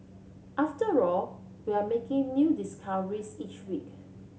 after all we're making new discoveries each week